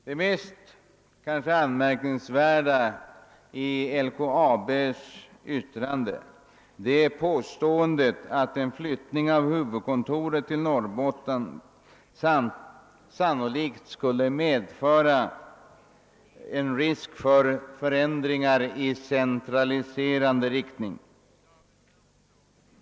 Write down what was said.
Det kanske mest anmärkningsvärda i LKAB:s yttrande är påståendet, att en flyttning av huvudkontoret till Norrbotten sannolikt skulle medföra risk för förändringar i centraliserande riktning.